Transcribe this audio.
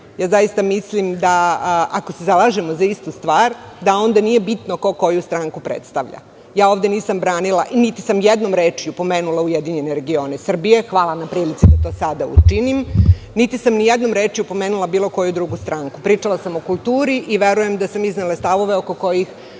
replikama. Mislim da, ako se zalažemo za istu stvar, onda nije bitno ko koju stranku predstavlja. Ovde nisam branila, niti sam jednom rečju pomenula URS, hvala na prilici da to sada učinim, niti sam i jednom rečju pomenula bilo koju drugu stranku. Pričala sam o kulturi i verujem da sam iznela stavove oko kojih